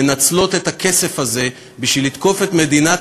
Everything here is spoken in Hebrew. מנצלות את הכסף הזה בשביל לתקוף את מדינת